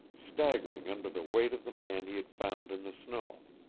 staggering under the weight of the man he had found in the snow.